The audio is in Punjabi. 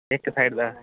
ਇੱਕ ਸੈਡ ਦਾ